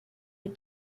est